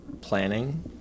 planning